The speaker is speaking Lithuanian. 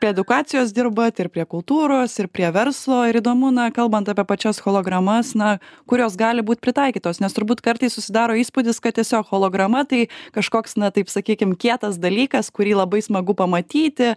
prie edukacijos dirbat ir prie kultūros ir prie verslo ir įdomu na kalbant apie pačias hologramas na kurios jos gali būt pritaikytos nes turbūt kartais susidaro įspūdis kad tiesiog holograma tai kažkoks na taip sakykime kietas dalykas kurį labai smagu pamatyti